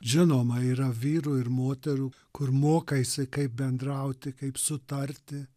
žinoma yra vyrų ir moterų kur moka jisai kaip bendrauti kaip sutarti